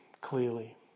clearly